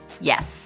Yes